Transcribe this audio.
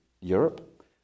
Europe